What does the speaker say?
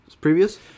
previous